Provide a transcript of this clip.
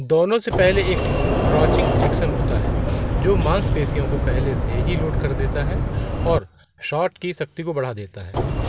दोनों से पहले एक क्रॉचिंग एक्शन होता है जो माँसपेशियों को पहले से ही लोड कर देता है और शॉट की शक्ति को बढ़ा देता है